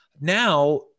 Now